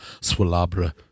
Swalabra